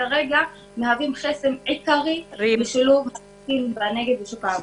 שכרגע מהווים חסם עיקרי בשילוב העובדים בנגב בשוק התעסוקה.